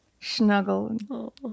snuggle